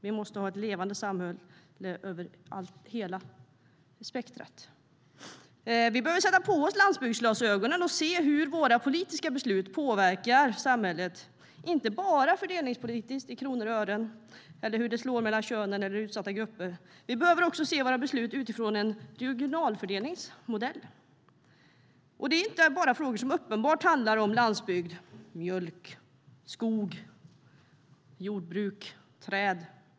Det måste finnas ett levande samhälle över hela spektrumet. Vi behöver sätta på oss landsbygdsglasögonen och se hur våra politiska beslut påverkar samhället inte bara fördelningspolitiskt i kronor och ören eller hur det slår mellan könen eller utsatta grupper. Vi behöver också se våra beslut utifrån en regionalfördelningsmodell. Det handlar inte bara om frågor som uppenbart handlar om landsbygd; mjölk, skog, jordbruk och träd.